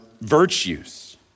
virtues